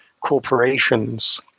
corporations